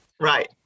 Right